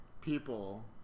people